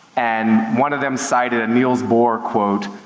and one of them cited a neils bohr quote,